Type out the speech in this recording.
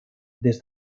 des